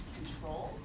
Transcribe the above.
control